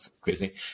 crazy